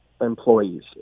employees